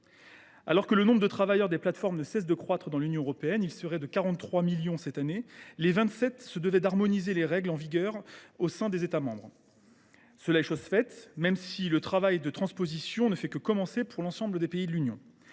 Alors que le nombre des travailleurs des plateformes ne cesse de croître dans l’Union européenne – ils seraient 43 millions cette année –, les Vingt Sept se devaient d’harmoniser les règles en vigueur au sein des États membres. C’est chose faite, même si le travail de transposition ne fait que commencer dans l’ensemble des pays de l’Union.